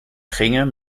gingen